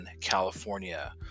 California